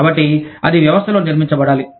కాబట్టి అది వ్యవస్థలో నిర్మించబడాలి